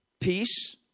Peace